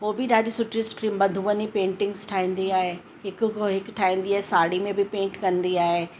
उहो बि ॾाढी सुठी सुठी मधुबनी पेंटिंग्स ठाहींदी आहे हिक खां हिकु ठाहींदी आहे साड़ी में बि पेंट कंदी आहे